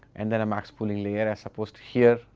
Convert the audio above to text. and there are max pooling layers are supposed here,